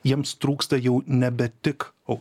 jiems trūksta jau nebe tik o